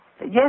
Yes